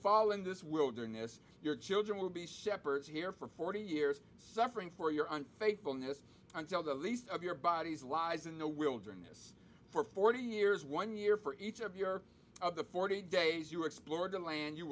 fall in this wilderness your children will be shepherds here for forty years suffering for your unfaithfulness until the least of your body's lies in the wilderness for forty years one year for each of your the forty days you explored the land you